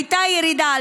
הייתה ירידה.